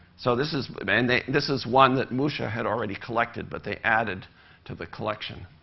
so this is and they this is one that musha had already collected, but they added to the collection.